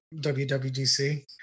WWDC